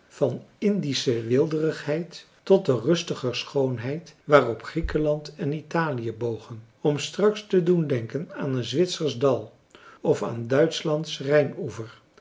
van indische weelderigheid tot de rustiger schoonheid waarop griekenland en italië bogen om straks te doen denken aan een zwitsersch dal of aan duitschlands rijnoever